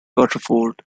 waterford